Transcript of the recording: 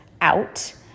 out